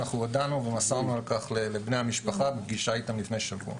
אנחנו הודענו ומסרנו על כך לבני המשפחה בפגישה איתם לפני שבוע.